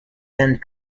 and